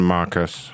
Marcus